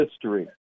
history